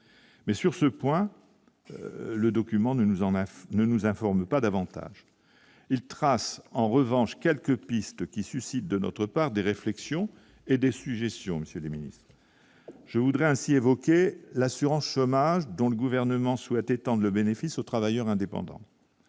mais sur ce point, le document ne nous en ne nous informe pas davantage, il trace en revanche quelques pistes qui suscite de notre part des réflexions et des sujétions monsieur ministre je voudrais ainsi évoqué l'assurance chômage, dont le gouvernement souhaite étendre le bénéfice aux travailleurs indépendants,